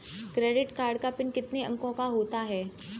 Credit card का pin कितने अंकों का होता है?